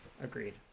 agreed